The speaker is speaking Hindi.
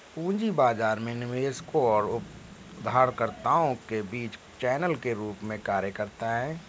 पूंजी बाजार निवेशकों और उधारकर्ताओं के बीच चैनल के रूप में कार्य करता है